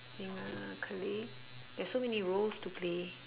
being a colleague there's so many roles to play